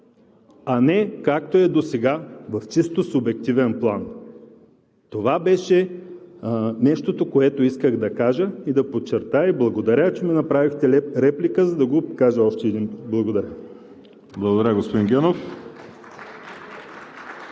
а не както е досега – в чисто субективен план. Това беше нещото, което исках да кажа и да подчертая. Благодаря, че ми направихте реплика, за да го кажа още един път. Благодаря. (Ръкопляскания